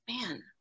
man